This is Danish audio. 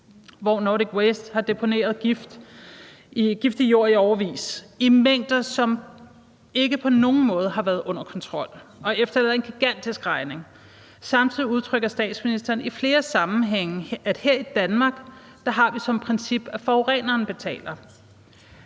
Nordic Waste har deponeret giftig jord i årevis i mængder, som ikke på nogen måde har været under kontrol, og det efterlader en gigantisk regning. Samtidig udtrykker statsministeren i flere sammenhænge, at her i Danmark har vi det princip, at forureneren betaler.